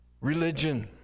religion